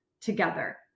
together